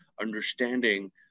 understanding